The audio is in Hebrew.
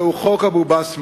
אבל זהו חוק אבו-בסמה.